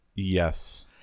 Yes